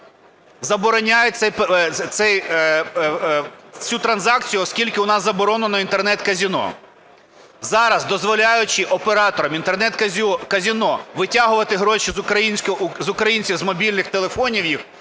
забороняє цю транзакцію, оскільки у нас заборонено Інтернет-казино. Зараз, дозволяючи операторам Інтернет-казино витягувати гроші з українців з мобільних телефонів